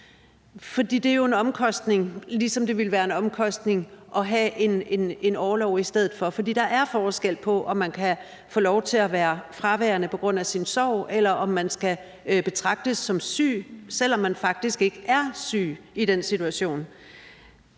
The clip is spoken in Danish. For det er jo en omkostning, ligesom det ville være en omkostning at have en orlov i stedet for. Der er forskel på, om man kan få lov til at være fraværende på grund af sin sorg, eller om man skal betragtes som syg, selv om man faktisk ikke er syg, i den situation.